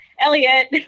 Elliot